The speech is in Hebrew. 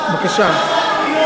אתה שר החינוך,